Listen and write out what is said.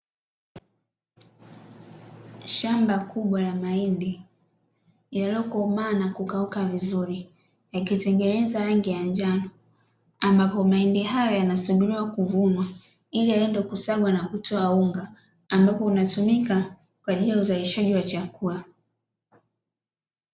Shamba kubwa la mahindi yaliyokomaa na kukauka vizuri, yakitengeneza rangi ya njano, ambapo mahindi hayo yanasubiriwa kuvunwa ili yaende kusagwa na kutoa unga, ambapo unatumika kwa ajili ya uzalishaji wa chakula.